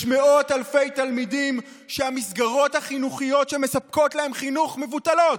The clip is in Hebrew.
יש מאות אלפי תלמידים שהמסגרות החינוכיות שמספקות להם חינוך מבוטלות,